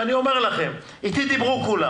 ואני אומר לכם שאיתי דיברו כולם